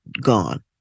gone